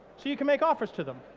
so you can make offers to them.